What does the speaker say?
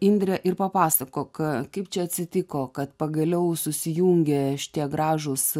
indre ir papasakok kaip čia atsitiko kad pagaliau susijungė šitie gražūs